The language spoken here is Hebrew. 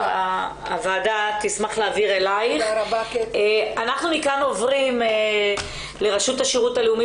אנחנו מכאן עוברים לרשות השירות הלאומי